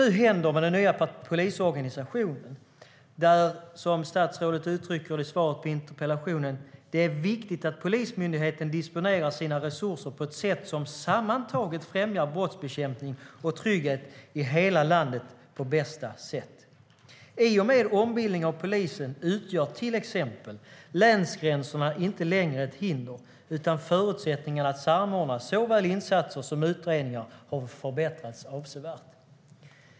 I den nya polisorganisationen - som statsrådet uttrycker det i svaret på interpellationen - är det viktigt att Polismyndigheten disponerar sina resurser på ett sätt som sammantaget främjar brottsbekämpning och trygghet i hela landet på bästa sätt. I och med ombildningen av polisen utgör till exempel länsgränserna inte längre ett hinder, utan här har förutsättningarna för att samordna såväl insatser som utredningar förbättrats avsevärt.